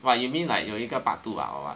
!wah! you mean like 有一个 part two ah or what